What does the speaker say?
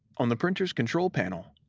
on the printer's control panel,